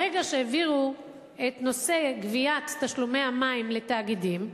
ברגע שהעבירו את נושא גביית תשלומי המים לתאגידים,